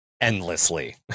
endlessly